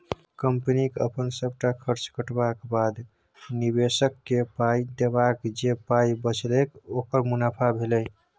कंपनीक अपन सबटा खर्च कटबाक बाद, निबेशककेँ पाइ देबाक जे पाइ बचेलक ओकर मुनाफा भेलै